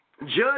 Judge